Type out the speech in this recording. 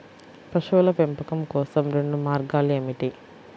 పశువుల పెంపకం కోసం రెండు మార్గాలు ఏమిటీ?